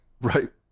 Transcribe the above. right